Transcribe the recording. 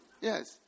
Yes